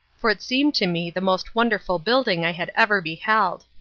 for it seemed to me the most wonderful building i had ever beheld.